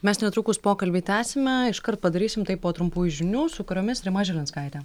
mes netrukus pokalbį tęsime iškart padarysim tai po trumpųjų žinių su kuriomis rima žilinskaitė